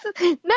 No